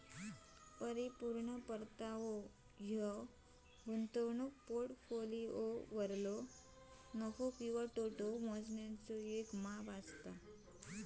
परिपूर्ण परतावो ह्यो गुंतवणूक पोर्टफोलिओवरलो नफो किंवा तोटो मोजण्याचा येक माप असा